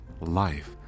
Life